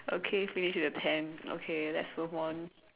okay finish with the tent okay let's move on